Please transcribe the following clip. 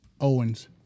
Owens